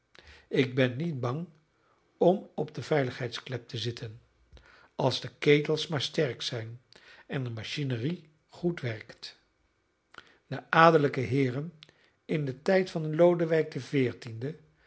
ik ben niet bang om op de veiligheidsklep te zitten als de ketels maar sterk zijn en de machinerie goed werkt de adellijke heeren in den tijd van lodewijk xiv